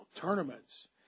tournaments